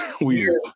Weird